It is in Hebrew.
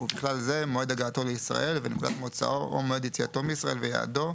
ובכלל זה מועד הגעתו לישראל ונקודת מוצאו או מועד יציאתו מישראל ויעדו,